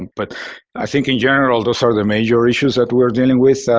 but i think in general, those are the major issues that we're dealing with,